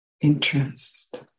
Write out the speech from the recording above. interest